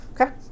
Okay